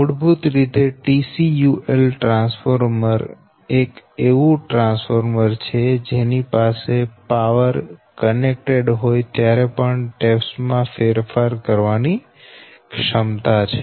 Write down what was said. મૂળભૂત રીતે TCUL transformer એક એવું ટ્રાન્સફોર્મર છે જેની પાસે પાવર કનેક્ટેડ હોય ત્યારે પણ ટેપ્સ માં ફેરફાર કરવાની ક્ષમતા છે